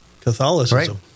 Catholicism